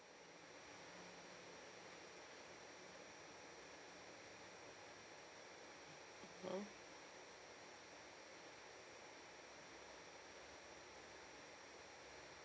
mmhmm